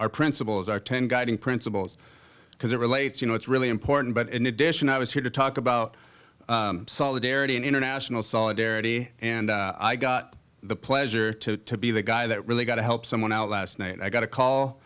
our principles are ten guiding principles because it relates you know it's really important but in addition i was here to talk about solidarity and international solidarity and i got the pleasure to be the guy that really got to help someone out last night i got a call